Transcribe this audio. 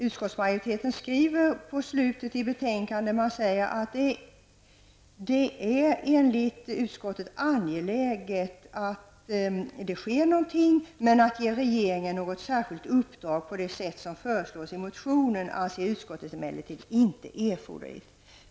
Utskottet skriver på slutet av betänkandet det är angeläget att hålla frågan aktuell, men skriver sedan: ''Att ge regeringen något särskilt uppdrag på sätt som föreslås i motionen anser utskottet emellertid inte erforderligt.''